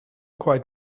quite